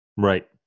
Right